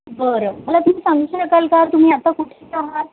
बरं मला तुम्ही सांगू शकाल का तुम्ही आता कुठेशी आहात